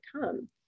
come